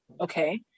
Okay